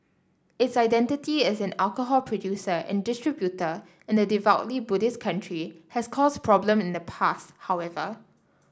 its identity as an alcohol producer and distributor in a devoutly Buddhist country has caused problems in the past however